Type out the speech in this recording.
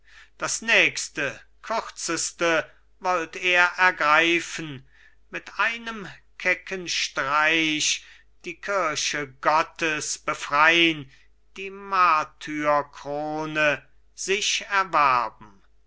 das nächste kürzeste wollt er ergreifen mit einem kecken streich die kirche gottes befrein die martyrkrone sich erwerben